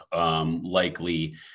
likely